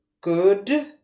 good